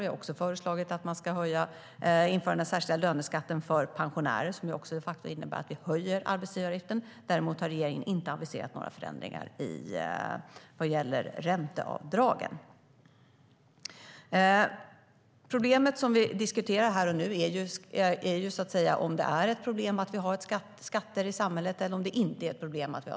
Vi har även föreslagit att man ska införa den särskilda löneskatten för pensionärer, som de facto innebär att vi höjer arbetsgivaravgiften. Däremot har regeringen inte aviserat några förändringar vad gäller ränteavdragen. Problemet vi diskuterar här och nu är om det är ett problem att vi har skatter i samhället eller inte.